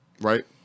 right